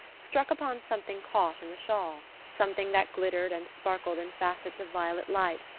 struck upon something caught in the shawl something that glittered and sparkled in facets of violet light.